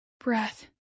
breath